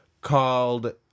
called